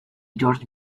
georges